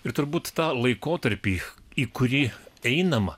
ir turbūt tą laikotarpį į kurį einama